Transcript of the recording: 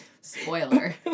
Spoiler